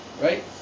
right